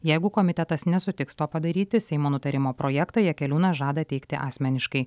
jeigu komitetas nesutiks to padaryti seimo nutarimo projektą jakeliūnas žada teikti asmeniškai